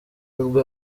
nibwo